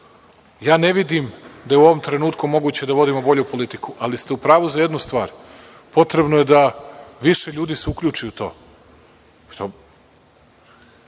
Ne vidim da je u ovom trenutku moguće da vodimo bolju politiku, ali ste u pravu za jednu stvar, potrebno je da se više ljudi uključi u to.